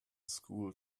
school